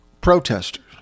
protesters